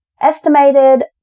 estimated